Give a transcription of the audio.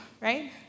right